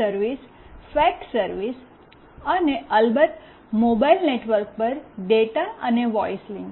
service fax service અને અલબત્ત mobile network પર ડેટા અને વોઈસ લિંક